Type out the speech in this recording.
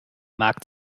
mag